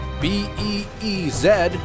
B-E-E-Z